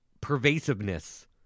pervasiveness